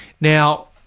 Now